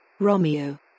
Romeo